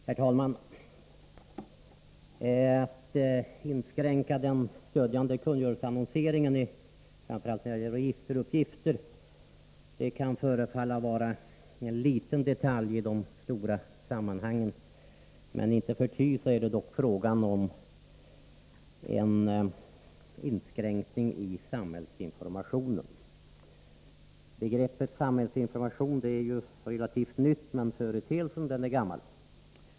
Herr talman! En inskränkning i den stödjande kungörelseannonseringen framför allt när det gäller registeruppgifter kan förefalla vara en liten detalj i de stora sammanhangen. Men icke förty är det dock fråga om en inskränkning i samhällsinformationen. Begreppet samhällsinformation är relativt nytt, men företeelsen den är gammal.